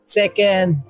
second